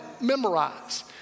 memorize